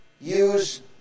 use